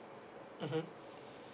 mmhmm